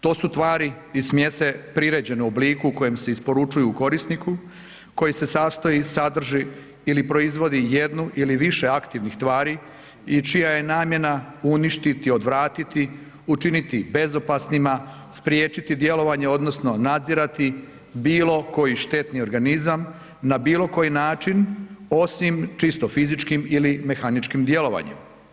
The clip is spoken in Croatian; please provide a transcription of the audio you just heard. To su tvari i smjese priređene u obliku u kojem se isporučuju korisniku koji se sastoji, sadrži ili proizvodi jednu ili više aktivnih tvari i čija je namjena uništiti, odvratiti, učiniti bezopasnima, spriječiti djelovanje odnosno nadzirati bilo koji štetni organizam na bilo koji način osim čisto fizičkim ili mehaničkim djelovanjem.